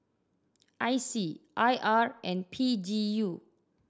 I C I R and P G U